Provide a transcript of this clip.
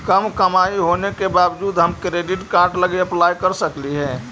कम कमाई होने के बाबजूद हम क्रेडिट कार्ड ला अप्लाई कर सकली हे?